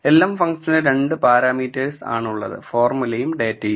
lm ഫുങ്ക്ഷന് രണ്ട് parameters ആണ് ഉള്ളത് ഫോർമുലയും ഡാറ്റയും